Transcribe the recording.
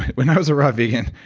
when i was a raw vegan,